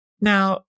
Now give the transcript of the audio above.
Now